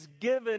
given